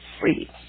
free